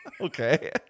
Okay